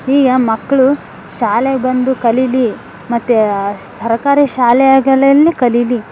ಈಗ ಮಕ್ಕಳು ಶಾಲೆಗೆ ಬಂದು ಕಲಿಯಲಿ ಮತ್ತು ಸರಕಾರಿ ಶಾಲೆಗಳಲ್ಲಿ ಕಲಿಯಲಿ